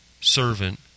servant